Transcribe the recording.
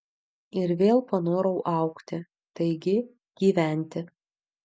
ir vėl panorau augti taigi gyventi